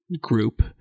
group